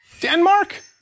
Denmark